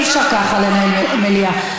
אי-אפשר לנהל ככה מליאה.